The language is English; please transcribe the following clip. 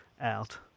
out